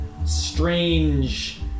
strange